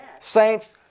Saints